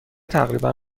تقریبا